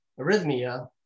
arrhythmia